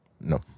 No